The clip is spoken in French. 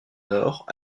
nord